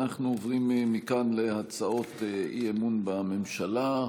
אנחנו עוברים מכאן להצעות אי-אמון בממשלה.